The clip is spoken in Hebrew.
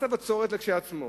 מס הבצורת, כשלעצמו,